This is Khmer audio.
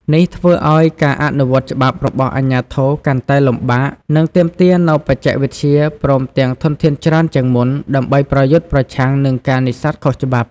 នេះធ្វើឲ្យការអនុវត្តច្បាប់របស់អាជ្ញាធរកាន់តែលំបាក និងទាមទារនូវបច្ចេកវិទ្យា ព្រមទាំងធនធានច្រើនជាងមុនដើម្បីប្រយុទ្ធប្រឆាំងនឹងការនេសាទខុសច្បាប់។